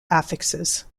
affixes